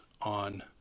on